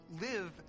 live